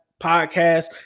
podcast